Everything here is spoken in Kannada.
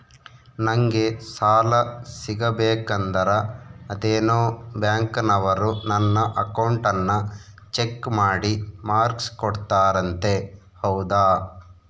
ನಂಗೆ ಸಾಲ ಸಿಗಬೇಕಂದರ ಅದೇನೋ ಬ್ಯಾಂಕನವರು ನನ್ನ ಅಕೌಂಟನ್ನ ಚೆಕ್ ಮಾಡಿ ಮಾರ್ಕ್ಸ್ ಕೋಡ್ತಾರಂತೆ ಹೌದಾ?